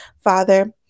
Father